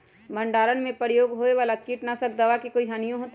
भंडारण में प्रयोग होए वाला किट नाशक दवा से कोई हानियों होतै?